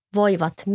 voivat